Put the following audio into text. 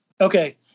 Okay